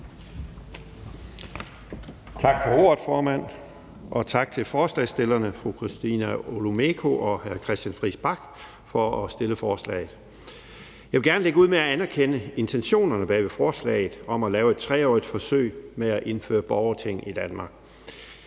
Tak for ordet, formand. Og tak til forslagsstillerne, fru Christina Olumeko og hr. Christian Friis Bach, for at fremsætte forslaget. Jeg vil gerne lægge ud med at anerkende intentionerne bag forslaget om at lave et 3-årigt forsøg med at indføre borgerting i Danmark.